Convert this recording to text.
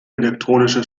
elektronisches